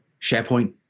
sharepoint